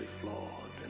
flawed